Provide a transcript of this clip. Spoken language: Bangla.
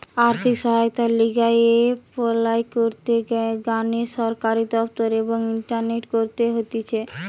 আর্থিক সহায়তার লিগে এপলাই করতে গ্যানে সরকারি দপ্তর এবং ইন্টারনেটে করতে হতিছে